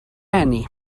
eni